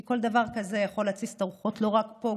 כי כל דבר כזה יכול להתסיס את הרוחות לא רק פה,